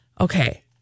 okay